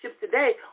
today